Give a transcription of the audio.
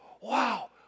Wow